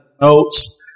notes